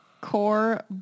Core